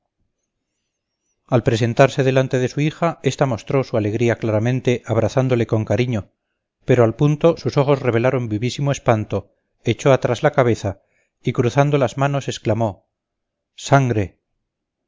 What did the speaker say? al presentarse delante de su hija ésta mostró su alegría claramente abrazándole con cariño pero al punto sus ojos revelaron vivísimo espanto echó atrás la cabeza y cruzando las manos exclamó sangre